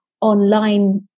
online